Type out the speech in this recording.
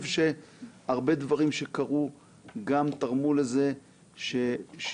אני חשוב שהרבה דברים שקרו גם תרמו לזה ששיתוף